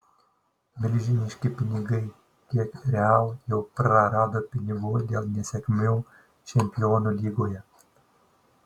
milžiniški pinigai kiek real jau prarado pinigų dėl nesėkmių čempionų lygoje